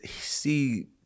see